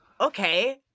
okay